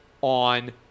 on